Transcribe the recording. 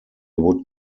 would